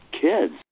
kids